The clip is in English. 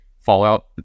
Fallout